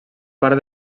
part